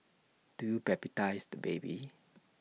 do you baptise the baby